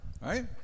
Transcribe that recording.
right